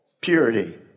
purity